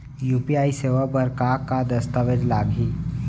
UPI सेवा बर का का दस्तावेज लागही?